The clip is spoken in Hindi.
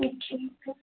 जी ठीक है